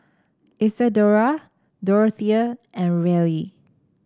Isadora Dorothea and Reilly